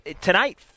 tonight